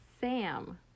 Sam